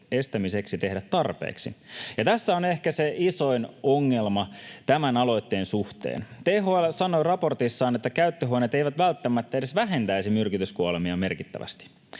estämiseksi tehdä tarpeeksi, ja tässä on ehkä se isoin ongelma tämän aloitteen suhteen. THL sanoi raportissaan, että käyttöhuoneet eivät välttämättä edes vähentäisi myrkytyskuolemia merkittävästi.